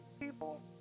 people